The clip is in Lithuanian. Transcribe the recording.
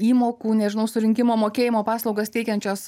įmokų nežinau surinkimo mokėjimo paslaugas teikiančios